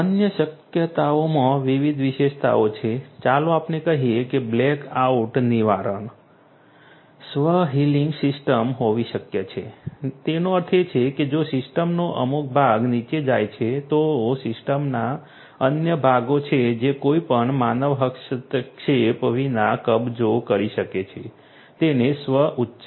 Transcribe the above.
અન્ય શક્યતાઓમાં વિવિધ વિશેષતાઓ છે ચાલો આપણે કહીએ કે બ્લેક આઉટ નિવારણ સ્વ હીલિંગ સિસ્ટમ હોવી શક્ય છે તેનો અર્થ એ છે કે જો સિસ્ટમનો અમુક ભાગ નીચે જાય છે તો સિસ્ટમના અન્ય ભાગો છે જે કોઈપણ માનવ હસ્તક્ષેપ વિના કબજો કરી શકે છે તેને સ્વ ઉપચાર